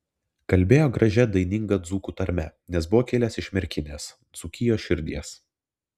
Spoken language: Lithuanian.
kalbėjo gražia daininga dzūkų tarme nes buvo kilęs iš merkinės dzūkijos širdies